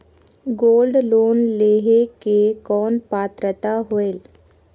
Gold loan लेहे के कौन पात्रता होएल?